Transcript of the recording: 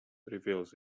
reveals